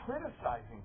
criticizing